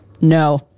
no